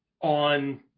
on